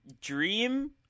Dream